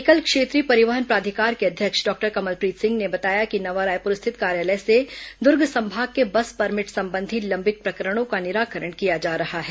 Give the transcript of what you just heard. एकल क्षेत्रीय परिवहन प्राधिकार के अध्यक्ष डॉक्टर कमलप्रीत सिंह ने बताया कि नवा रायपुर स्थित कार्यालय से दुर्ग संभाग के बस परमिट संबंधी लंबित प्रकरणों का निराकरण किया जा रहा है